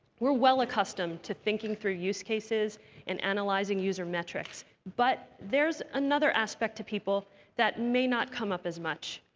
we're well-accustomed to thinking through use cases and analyzing user metrics. but there's another aspect to people that may not come up as much,